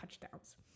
touchdowns